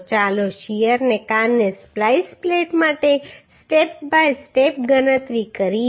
તો ચાલો શીયરને કારણે સ્પ્લાઈસ પ્લેટ માટે સ્ટેપ બાય સ્ટેપ ગણતરી કરીએ